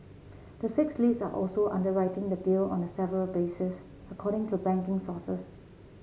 the six leads are also underwriting the deal on a several basis according to banking sources